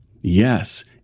Yes